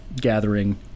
gathering